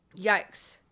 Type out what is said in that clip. yikes